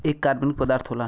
एक कार्बनिक पदार्थ होला